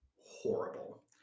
horrible